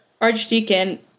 archdeacon